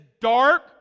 dark